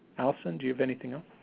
allison, do you have anything else?